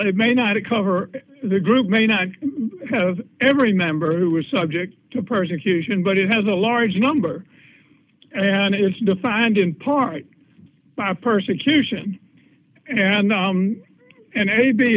it may not cover the group may not have every member who was subject to persecution but it has a large number and it's defined in part by persecution and and maybe